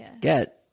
get